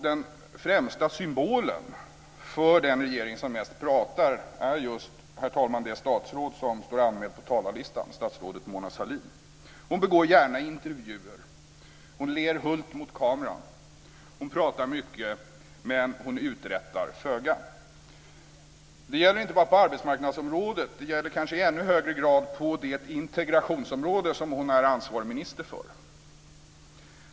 Den främsta symbolen för den regering som mest pratar är just det statsråd som står anmält på talarlistan, statsrådet Mona Sahlin. Hon begår gärna intervjuer, hon ler hult mot kameran och hon pratar mycket, men hon uträttar föga. Det gäller inte bara på arbetsmarknadsområdet. Det gäller kanske i ännu högre grad på det integrationsområde som hon är ansvarig minister för.